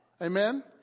Amen